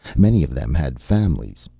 many of them had families,